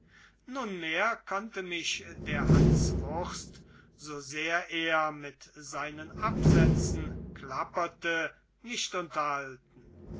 nunmehr konnte mich der hanswurst so sehr er mit seinen absätzen klapperte nicht unterhalten